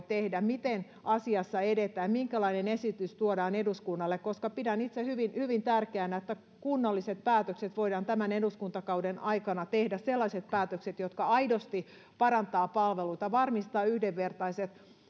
tehdä miten asiassa edetään minkälainen esitys tuodaan eduskunnalle koska pidän itse hyvin hyvin tärkeänä että kunnalliset päätökset voidaan tämän eduskuntakauden aikana tehdä sellaiset päätökset jotka aidosti parantavat palveluita ja varmistavat yhdenvertaiset